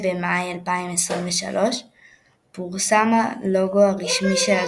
והראשון אי פעם שנערך בלמעלה